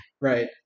Right